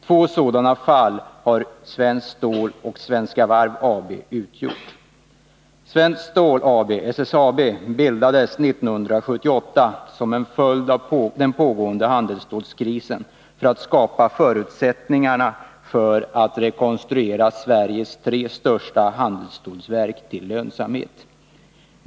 Två sådana fall har Svenskt Stål AB och Svenska Varv AB utgjort. Svenskt Stål AB, SSAB, bildades 1978 som en följd av den pågående handelsstålskrisen för att skapa förutsättningar för att rekonstruera Sveriges tre största handelsstålverk till lönsamhet.